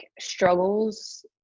struggles